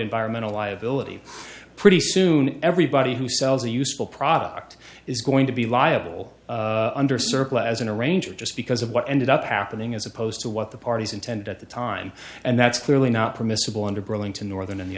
environmental liability pretty soon everybody who sells a useful product is going to be liable under circle as an arranger just because of what ended up happening as opposed to what the parties intend at the time and that's clearly not permissible under burlington northern and the